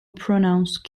pronounced